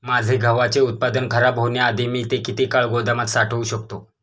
माझे गव्हाचे उत्पादन खराब होण्याआधी मी ते किती काळ गोदामात साठवू शकतो?